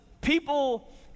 people